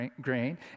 grain